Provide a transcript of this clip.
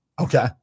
Okay